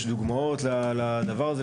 יש דוגמאות לדבר הזה.